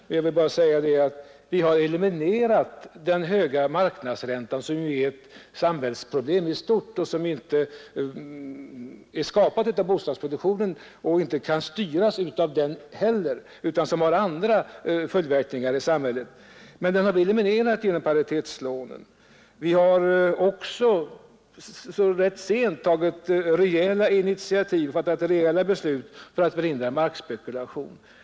Jag vill nu bara säga att vi har eliminerat effekten av den höga marknadsräntan, som ju är ett samhällsproblem i stort och som inte är skapat av bostadsproduktionen och inte kan styras av den heller, utan som har andra orsaker i samhället. Vi har eliminerat den genom paritetslånen. Vi har också tagit rejäla initiativ och fattat rejäla beslut för att förhindra markspekulation.